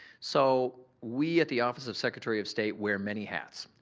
so, we at the office of secretary of state wear many hats.